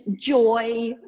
joy